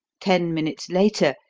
ten minutes later,